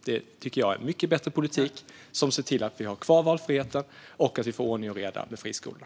Detta tycker jag är mycket bättre politik, som ser till att vi har kvar valfriheten och att vi får ordning och reda i friskolorna.